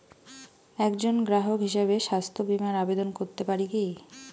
একজন গ্রাহক হিসাবে স্বাস্থ্য বিমার আবেদন করতে পারি কি?